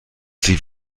sie